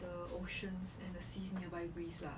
the oceans and seas nearby greece lah